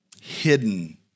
Hidden